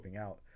out